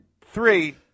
three